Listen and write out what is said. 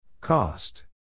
Cost